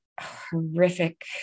horrific